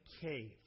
cave